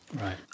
Right